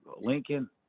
Lincoln